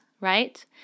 right